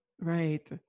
Right